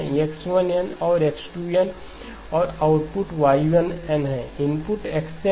X1 n है X2 n है और आउटपुट y n है इनपुट X n है